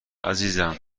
عزیزم